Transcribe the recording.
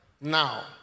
now